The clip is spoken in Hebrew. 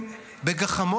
זה לא ייתכן.